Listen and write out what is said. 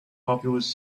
populous